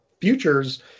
futures